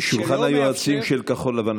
שולחן היועצים של כחול לבן,